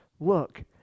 look